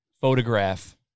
photograph